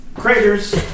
craters